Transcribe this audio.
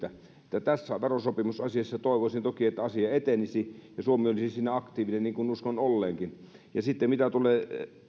että tässä verosopimusasiassa toivoisin toki että asia etenisi ja suomi olisi siinä aktiivinen niin kuin uskon olleenkin sitten mitä tulee